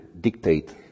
dictate